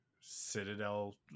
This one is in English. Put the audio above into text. Citadel